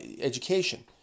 education